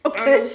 Okay